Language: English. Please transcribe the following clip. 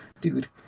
Dude